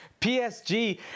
PSG